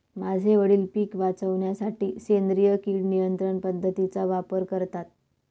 माझे वडील पिक वाचवण्यासाठी सेंद्रिय किड नियंत्रण पद्धतीचा वापर करतात